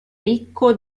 ricco